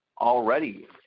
already